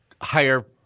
higher